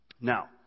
Now